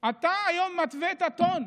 אתה היום מתווה את הטון,